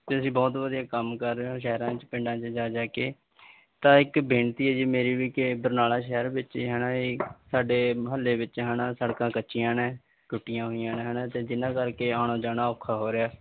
ਤੁਸੀਂ ਬਹੁਤ ਵਧੀਆ ਕੰਮ ਕਰ ਰਹੇ ਹੋ ਸ਼ਹਿਰਾਂ 'ਚ ਪਿੰਡਾਂ 'ਚ ਜਾ ਜਾ ਕੇ ਤਾਂ ਇੱਕ ਬੇਨਤੀ ਹੈ ਜੀ ਮੇਰੀ ਵੀ ਕਿ ਬਰਨਾਲਾ ਸ਼ਹਿਰ ਵਿੱਚ ਜਾਣਾ ਜੀ ਸਾਡੇ ਮੁਹੱਲੇ ਵਿੱਚ ਹੈ ਨਾ ਸੜਕਾਂ ਕੱਚੀਆਂ ਨੇ ਟੁੱਟੀਆਂ ਹੋਈਆਂ ਨੇ ਹੈ ਨਾ ਅਤੇ ਜਿਨ੍ਹਾਂ ਕਰਕੇ ਆਉਣਾ ਜਾਣਾ ਔਖਾ ਹੋ ਰਿਹਾ